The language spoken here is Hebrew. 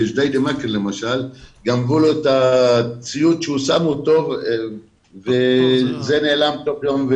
למשל בג'דיידה מכר גנבו לו את הציוד אותו שם במבנה והוא נעלם תוך יום.